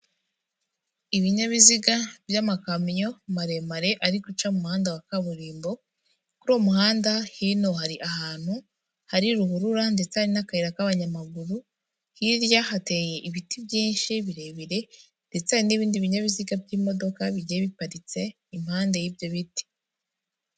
Ibinyabiziga by'amakamyo maremare ari guca mu muhanda wa kaburimbo, kuri uwo umuhanda hino hari ahantu hari ruhurura ndetse hari n'akayira k'abanyamaguru, hirya hateye ibiti byinshi birebire ndetse n'ibindi binyabiziga by'imodoka bigiye biparitse impande y'ibyo biti.